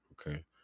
okay